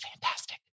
fantastic